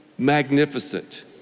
Magnificent